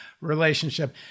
relationship